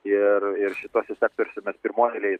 ir ir šituose sektoriuose mes pirmoj eilėj